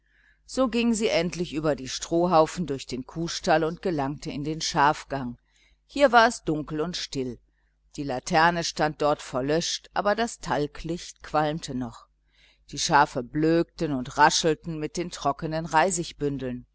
so ging sie endlich über die strohhaufen durch den kuhstall und gelangte in den schafgang hier war es dunkel und still die laterne stand dort verlöscht aber das talglicht qualmte noch die schafe blökten und raschelten mit den trockenen